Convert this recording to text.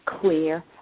clear